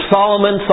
Solomon